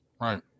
Right